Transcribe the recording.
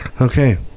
okay